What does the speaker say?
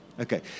Okay